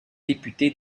député